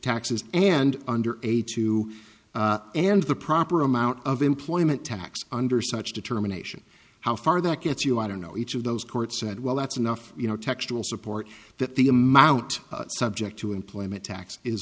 taxes and under age two and the proper amount of employment tax under such determination how far that gets you i don't know each of those court said well that's enough you know textual support that the amount subject to employment tax is